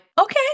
okay